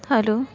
hello